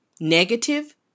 negative